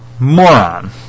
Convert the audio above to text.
moron